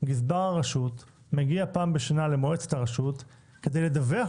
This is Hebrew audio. גזבר הרשות מגיע פעם בשנה למועצת הרשות כדי לדווח